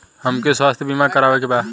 हमके स्वास्थ्य बीमा करावे के बा?